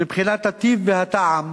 מבחינת הטיב והטעם,